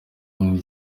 burundi